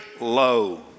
low